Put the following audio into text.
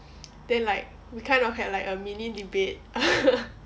then like we kind of had a mini debate